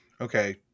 Okay